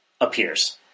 appears